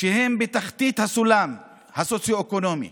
שהם בתחתית הסולם הסוציו-אקונומי